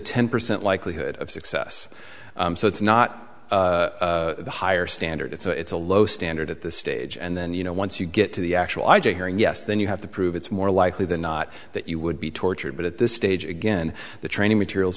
ten percent likelihood of success so it's not a higher standard it's a low standard at this stage and then you know once you get to the actual object hearing yes then you have to prove it's more likely than not that you would be tortured but at this stage again the training materials